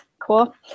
Cool